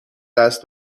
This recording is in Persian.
دست